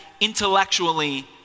intellectually